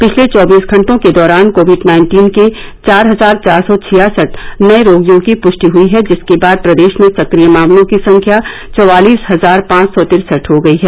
पिछले चौबीस घटों के दौरान कोविड नाइन्टीन के चार हजार चार सौ छियासठ नए रोगियों की पुष्टि हई है जिसके बाद प्रदेश में सक्रिय मामलों की संख्या चवालीस हजार पांच सौ तिरसठ हो गयी है